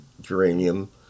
geranium